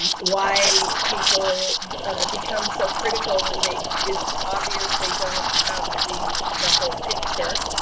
why people become so critical when they, it's obvious they don't have the the whole picture.